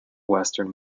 western